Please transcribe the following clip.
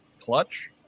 Clutch